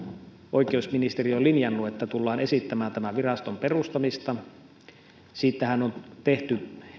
oikeusministeriö on linjannut että tullaan esittämään tämän viraston perustamista siitähän on tehty